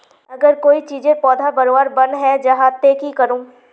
अगर कोई चीजेर पौधा बढ़वार बन है जहा ते की करूम?